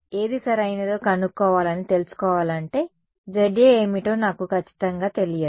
ఏది సరైనదో కనుక్కోవాలని తెలుసుకోవాలంటే Za ఏమిటో నాకు ఖచ్చితంగా తెలియదు